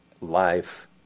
life